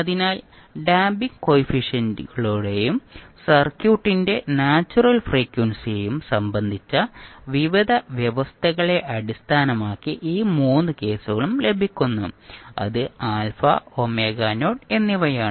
അതിനാൽ ഡംപിംഗ് കൊയിഫിഷ്യന്റ്കളെയും സർക്യൂട്ടിന്റെ നാച്ചുറൽ ഫ്രീക്വൻസിയെയും സംബന്ധിച്ച വിവിധ വ്യവസ്ഥകളെ അടിസ്ഥാനമാക്കി ഈ 3 കേസുകളും ലഭിക്കുന്നു അത് α എന്നിവയാണ്